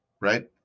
right